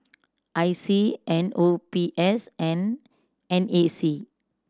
I C N O B S and N A C